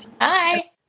Hi